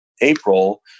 April